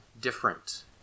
different